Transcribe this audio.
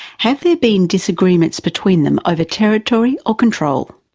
have there been disagreements between them over territory or control?